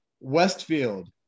Westfield